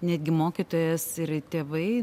netgi mokytojas ir tėvai